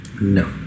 No